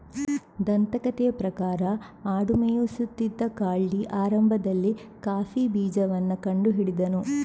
ದಂತಕಥೆಯ ಪ್ರಕಾರ ಆಡು ಮೇಯಿಸುತ್ತಿದ್ದ ಕಾಲ್ಡಿ ಆರಂಭದಲ್ಲಿ ಕಾಫಿ ಬೀಜವನ್ನ ಕಂಡು ಹಿಡಿದನು